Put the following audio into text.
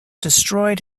destroyed